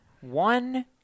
One